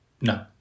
No